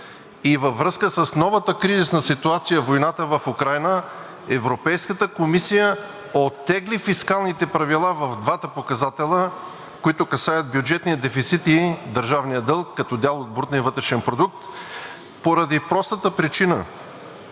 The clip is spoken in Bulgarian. и във връзка с новата кризисна ситуация – войната в Украйна, Европейската комисия оттегли фискалните правила в двата показателя, които касаят бюджетния дефицит и държавния дълг като дял от брутния вътрешен продукт, поради простата причина,